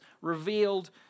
revealed